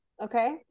Okay